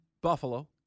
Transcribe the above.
Buffalo